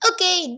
Okay